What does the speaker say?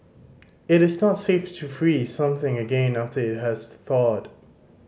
it is not safe to freeze something again after it has thawed